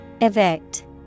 Evict